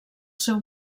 seu